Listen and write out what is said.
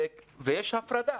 ויש הפרדה.